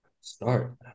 Start